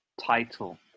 title